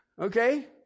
Okay